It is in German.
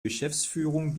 geschäftsführung